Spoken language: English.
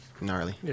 gnarly